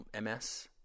MS